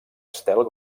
estel